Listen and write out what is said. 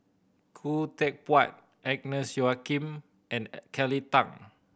Khoo Teck Puat Agnes Joaquim and Kelly Tang